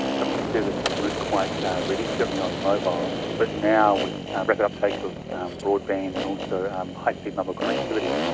some of the services weren't quite ready, certainly on mobile, but now with rapid uptake of broadband and also um high-speed mobile connectivity,